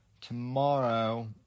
tomorrow